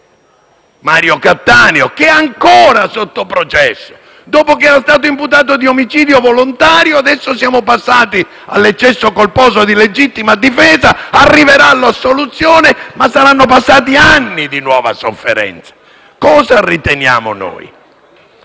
Mario Cattaneo, che è ancora sotto processo: dopo che era stato imputato di omicidio volontario, adesso siamo passati all'eccesso colposo di legittima difesa: arriverà l'assoluzione ma saranno passati anni di nuova sofferenza. Cosa riteniamo noi?